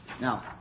Now